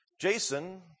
Jason